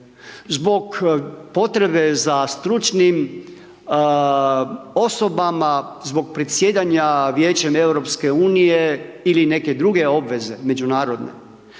zbog potrebe za stručnim osobama zbog predsjedanja Vijećem EU ili neke druge obveze međunarodne.